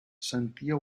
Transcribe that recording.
sentia